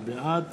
בעד